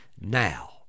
now